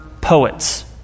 poets